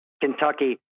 Kentucky